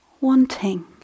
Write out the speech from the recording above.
wanting